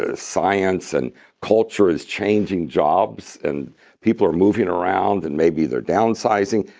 ah science and culture is changing jobs, and people are moving around. and maybe they're downsizing.